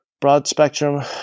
broad-spectrum